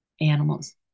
animals